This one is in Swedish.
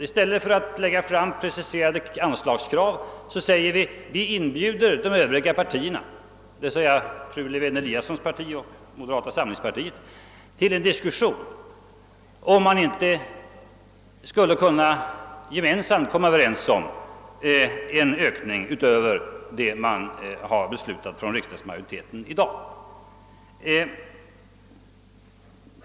I ;stället för att lägga fram preciserade anslagskrav inbjuder vi de övriga partierna, d.v.s. fru Lewén-Eliassons parti och moderata samlingspartiet, till en diskussion om en ökning utöver det riksdagsmajoriteten beslutat om förra året.